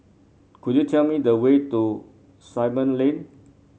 could you tell me the way to Simon Lane